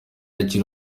akiri